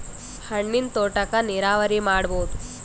ಹಣ್ಣಿನ್ ತೋಟಕ್ಕ ನೀರಾವರಿ ಮಾಡಬೋದ?